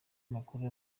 makuru